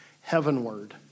heavenward